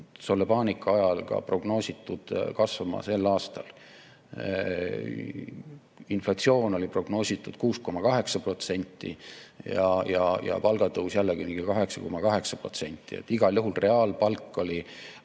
selle paanika ajal prognoositud kasvama ka sel aastal. Inflatsioon oli prognoositud 6,8% ja palgatõus jällegi ligi 8,8%. Igal juhul reaalpalk oli